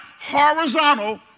horizontal